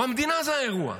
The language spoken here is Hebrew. או המדינה היא האירוע?